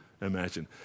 imagine